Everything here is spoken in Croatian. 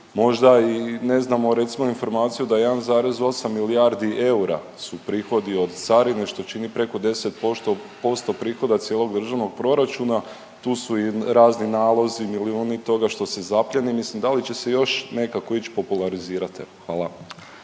možda i ne znamo recimo informaciju da 1,8 milijardi eura su prihodi od carine, što čini preko 10% prihoda cijelog Državnog proračuna, tu su i razni nalozi, milijuni toga što se zaplijeni mislim, da li će se još nekako ić popularizirati? Hvala.